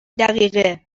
دقیقه